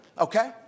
Okay